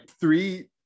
three